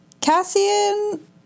Cassian